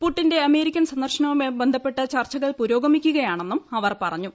പുടിന്റെ American സന്ദർശനവുമായി ബന്ധപ്പെട്ട് ചർച്ചകൾ പുരോഗമിക്കുകയാണെന്നും അവർ പറഞ്ഞു